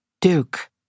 Duke